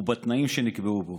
ובתנאים שנקבעו בו.